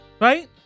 right